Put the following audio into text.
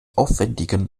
aufwendigen